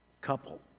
couple